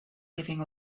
giving